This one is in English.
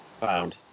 found